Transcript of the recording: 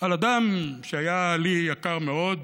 על אדם שהיה לי יקר מאוד,